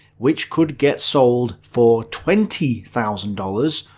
which could get sold for twenty thousand dollars,